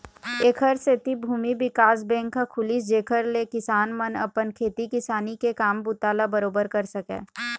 ऐखर सेती भूमि बिकास बेंक ह खुलिस जेखर ले किसान मन अपन खेती किसानी के काम बूता ल बरोबर कर सकय